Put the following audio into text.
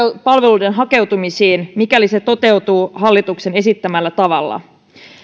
palveluihin hakeutumiseen mikäli se toteutuu hallituksen esittämällä tavalla